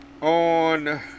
on